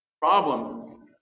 problem